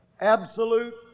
absolute